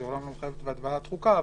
זה אומנם לא מחייב את ועדת החוקה,